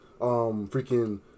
freaking